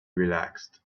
relaxed